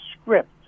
script